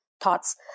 thoughts